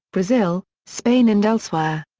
brazil, spain and elsewhere.